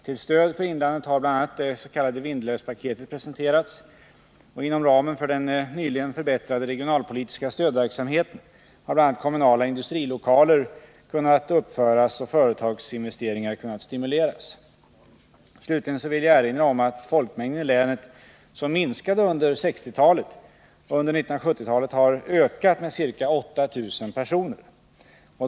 Till stöd för inlandet har bl.a. det s.k. Vindelälvspaketet presenterats. Inom ramen för den nyligen förbättrade regionalpolitiska stödverksamheten har bl.a. kommunala industrilokaler kunnat uppföras och företagsinvesteringar kunnat stimuleras. Slutligen vill jag erinra om att folkmängden i länet — som minskade under 1960-talet — under 1970-talet har ökat med ca 8 000 personer.